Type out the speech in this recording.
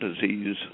disease